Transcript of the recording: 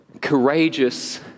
courageous